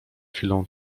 chwilą